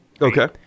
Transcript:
Okay